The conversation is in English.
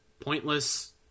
pointless